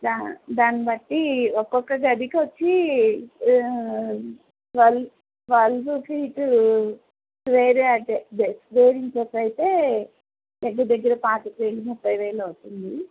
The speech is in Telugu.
దాన్ని బట్టి ఒక్కొక్క గదికి వచ్చి twelve twelve feet area four inches అయితే దగ్గర దగ్గర పాతిక వేలు ముప్పై వేలు అవుతుంది